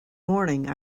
morning